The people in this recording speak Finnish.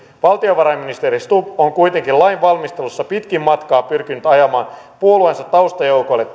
valtiovarainministeri stubb on kuitenkin lain valmistelussa pitkin matkaa pyrkinyt ajamaan puolueensa taustajoukoille